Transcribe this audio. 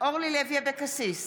אורלי לוי אבקסיס,